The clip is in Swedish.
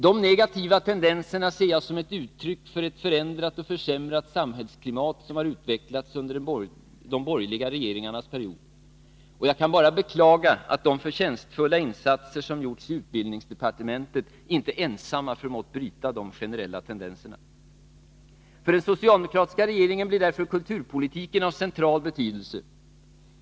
De negativa tendenserna ser jag alltså som ett uttryck för ett förändrat och försämrat samhällsklimat som utvecklats under de borgerliga regeringarnas period, och jag kan bara beklaga att de förtjänstfulla insatser som gjorts i utbildningsdepartementet inte ensamma förmått bryta de generella tendenserna. För den socialdemokratiska regeringen blir därför kulturpolitiken av central betydelse.